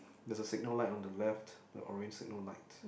there's a signal light on the left the orange signal light